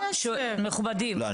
מכובדים --- לא,